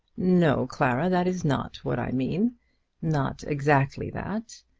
no, clara that is not what i mean not exactly that.